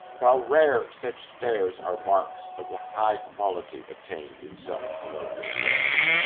while rare, such stairs are marks of the high quality attained in some colonial works.